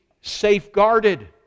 safeguarded